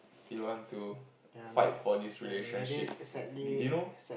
you want to fight for this relationship you know